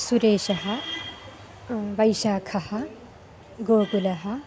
सुरेशः वैशाखः गोकुलः